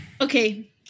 Okay